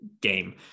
game